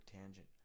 tangent